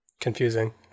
confusing